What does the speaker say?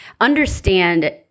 understand